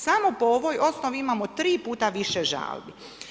Samo po ovoj osnovi imamo tri puta više žalbi.